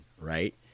Right